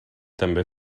també